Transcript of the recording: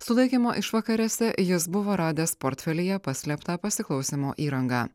sulaikymo išvakarėse jis buvo radęs portfelyje paslėptą pasiklausymo įrangą